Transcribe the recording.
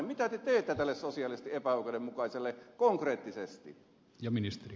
mitä te teette tälle sosiaalisesti epäoikeudenmukaiselle asialle konkreettisesti